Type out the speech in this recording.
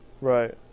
right